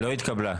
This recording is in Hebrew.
לא התקבלה.